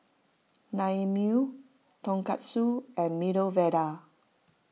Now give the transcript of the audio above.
Naengmyeon Tonkatsu and Medu Vada